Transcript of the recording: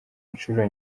inshuro